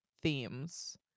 themes